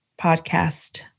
podcast